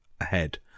ahead